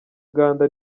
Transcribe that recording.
uganda